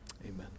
Amen